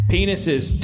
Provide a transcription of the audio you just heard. Penises